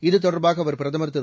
இதுதொடர்பாக அவர் பிரதமர் திரு